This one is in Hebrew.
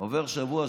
עוברים שבוע,